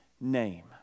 name